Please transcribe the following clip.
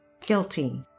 guilty